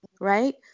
right